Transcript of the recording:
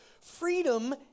Freedom